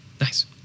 Nice